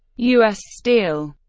u s. steel